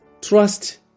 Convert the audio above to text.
trust